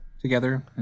together